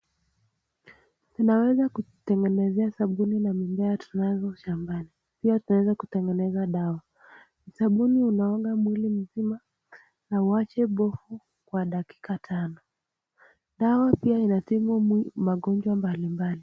Tunaweza kutengenezea sabuni na mimea tunazo shambani, pia tunaweza kitengeneza dawa. Sabuni unaoga mwili mzima na uache povu kwa dakika tano. Dawa pia inatibu magaonjwa mbali mbali.